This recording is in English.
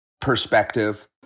perspective